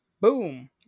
Boom